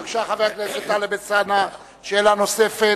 בבקשה, חבר הכנסת טלב אלסאנע, שאלה נוספת.